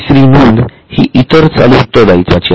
तिसरी नोंद ही इतर चालू दायित्वांची आहे